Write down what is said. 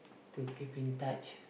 to keep in touch